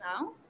now